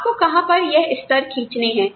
आपको कहां पर यह स्तर खींचने हैं